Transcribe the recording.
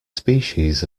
species